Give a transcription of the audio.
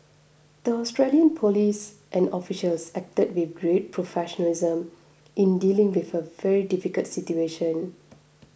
the Australian police and officials acted with great professionalism in dealing with a very difficult situation